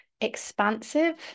expansive